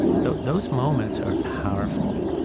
so those moments are powerful,